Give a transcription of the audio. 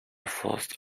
forces